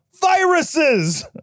viruses